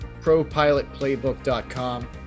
propilotplaybook.com